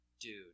dude